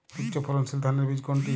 উচ্চ ফলনশীল ধানের বীজ কোনটি?